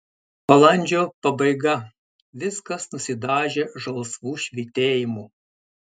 balandžio pabaiga viskas nusidažę žalsvu švytėjimu